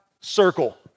circle